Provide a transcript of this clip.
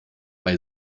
bei